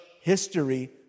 history